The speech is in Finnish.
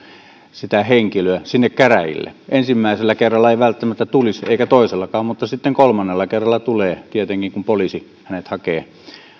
sitä henkilöä sinne käräjille ensimmäisellä kerralla hän ei välttämättä tulisi eikä toisellakaan mutta sitten kolmannella kerralla tulee tietenkin kun poliisi hänet hakee